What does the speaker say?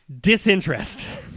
Disinterest